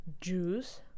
juice